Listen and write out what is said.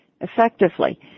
effectively